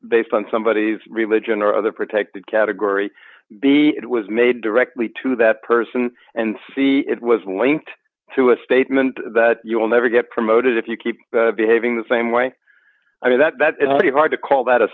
based on somebody's religion or other protected category b it was made directly to that person and see it was linked to a statement that you will never get promoted if you keep behaving the same way i mean that's pretty hard to call that a